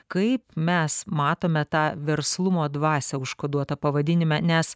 kaip mes matome tą verslumo dvasią užkoduotą pavadinime nes